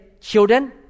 children